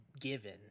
given